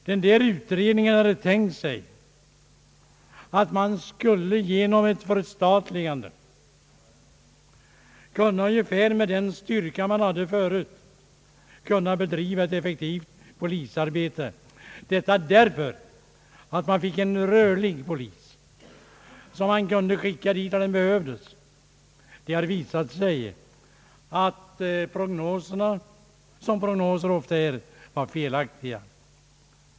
Denna utredning tänkte sig att man genom ett förstatligande skulle kunna ungefär med den styrka som man hade förut bedriva ett effektivt polisarbete, emedan man fick en rörlig polis som man kunde skicka dit där den behövdes. Det har visat sig att dessa prognoser — som fallet ofta är med prognoser — var felaktiga.